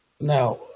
Now